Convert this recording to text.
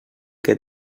que